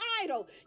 idol